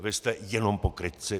Vy jste jenom pokrytci.